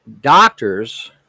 doctors